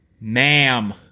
ma'am